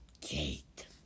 Kate